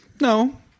no